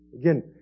Again